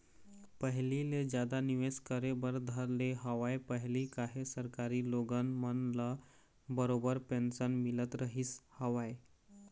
पहिली ले जादा निवेश करे बर धर ले हवय पहिली काहे सरकारी लोगन मन ल बरोबर पेंशन मिलत रहिस हवय